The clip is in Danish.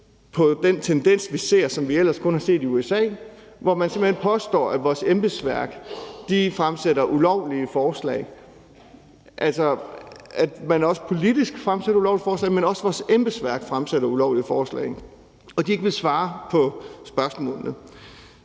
på den tendens, som vi ellers kun har set i USA, hvor man simpelt hen påstår, at vores embedsværk fremsætter ulovlige forslag, altså at der både politisk, men også i vores embedsværk, fremsættes ulovlige forslag, og at de ikke vil svare på spørgsmålene.